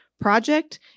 project